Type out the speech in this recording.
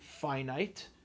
finite